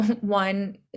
one